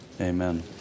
Amen